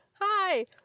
Hi